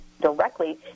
directly